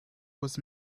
was